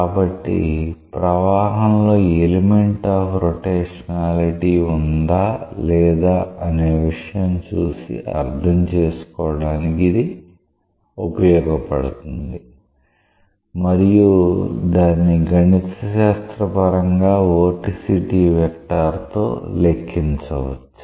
కాబట్టి ప్రవాహంలో element of rotationality ఉందా లేదా అనే విషయం చూసి అర్థం చేసుకోవడానికి ఇది ఉపయోగపడుతుంది మరియు దాన్ని గణితశాస్త్రపరంగా వోర్టిసిటీ వెక్టార్ తో లెక్కించవచ్చు